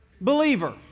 believer